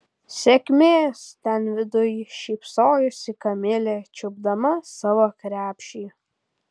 sėkmės ten viduj šypsojosi kamilė čiupdama savo krepšį